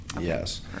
yes